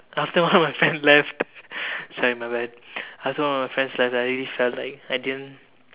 after one of my friend left sorry my bad after one of my friends left I really felt that I didn't